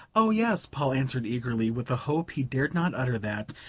oh, yes, paul answered eagerly, with a hope he dared not utter that,